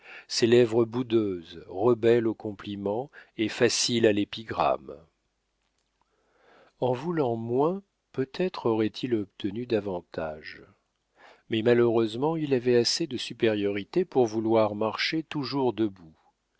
ces lèvres boudeuses rebelles au compliment et faciles à l'épigramme en voulant moins peut-être aurait-il obtenu davantage mais malheureusement il avait assez de supériorité pour vouloir marcher toujours debout